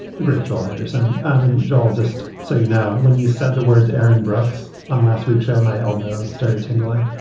the great joel andersen. um and joel, just so you know, when you said the words aaron brooks on last week's show, my elbow started tingling